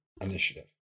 initiative